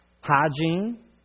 hygiene